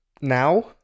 Now